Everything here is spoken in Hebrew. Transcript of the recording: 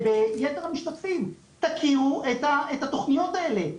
וביתר המשתתפים תכירו את התוכניות האלה,